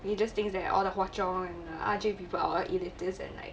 you just think that all the Hwa Chong and R_J people are all elitist and like